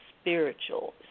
spiritual